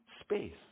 space